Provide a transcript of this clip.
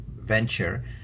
venture